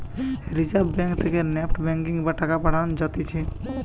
reserve bank থেকে NEFT banking বা টাকা পাঠান যাতিছে